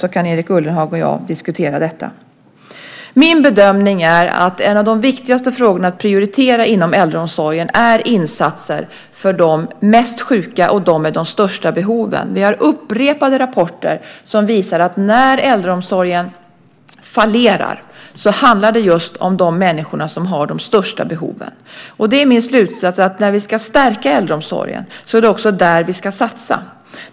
Då kan Erik Ullenhag och jag diskutera detta. Min bedömning är att en av de viktigaste frågorna att prioritera inom äldreomsorgen är insatser för de mest sjuka och dem med de största behoven. Vi har upprepade rapporter som visar att när äldreomsorgen fallerar handlar det just om de människor som har de största behoven. Det är min slutsats att när vi ska stärka äldreomsorgen är det också där vi ska satsa.